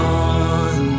on